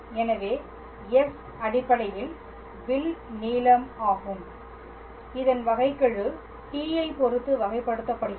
எனவே s அடிப்படையில் வில் நீளம் ஆகும் இதன் வகைக்கெழு t ஐ பொறுத்து வகைப்படுத்தப்படுகிறது